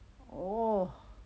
oh